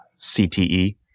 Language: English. CTE